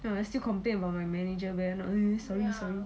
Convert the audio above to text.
!wah! I still complain about my manager better not sorry sorry